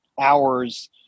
hours